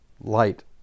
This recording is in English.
light